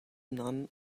none